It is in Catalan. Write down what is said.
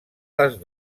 les